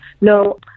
no